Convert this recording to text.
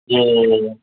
ए